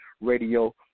Radio